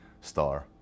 Star